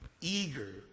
eager